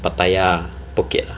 pattaya ah phuket